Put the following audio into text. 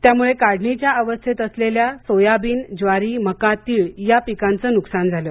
त्यामुळे काढणीच्या अवस्थेत असलेल्या सोयाबीन ज्वारी मका तीळ या पिकांचं नुकसान झालं